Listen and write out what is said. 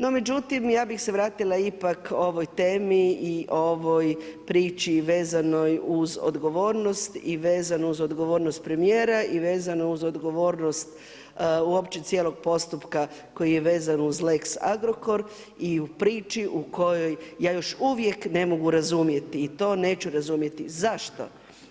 No međutim, ja bih se vratila ipak ovoj temi i ovoj priči vezanoj uz odgovornost i vezano uz odgovornost premijera i vezano uz odgovornost uopće cijelog postupka koji je vezan uz lex Agrokor i u priči u kojoj ja još uvijek ne mogu razumjeti i to neću razumjeti zašto